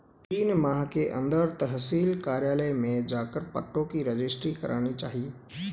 तीन माह के अंदर तहसील कार्यालय में जाकर पट्टों की रजिस्ट्री करानी चाहिए